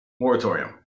Moratorium